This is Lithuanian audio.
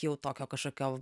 jau tokio kažkokio